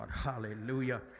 Hallelujah